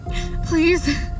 Please